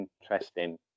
interesting